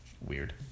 weird